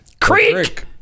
Creek